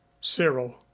Cyril